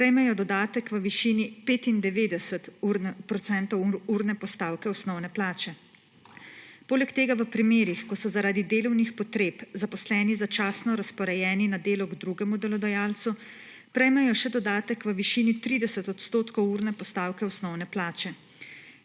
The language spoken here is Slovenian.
prejmejo dodatek v višini 95 % urne postavke osnovne plače. Poleg tega v primerih, ko so zaradi delovnih potreb zaposleni začasno razporejeni na delo k drugemu delodajalcu, prejmejo še dodatek v višini 30 odstotkov urne postavke osnovne plače.